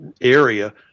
area